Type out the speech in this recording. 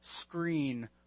screen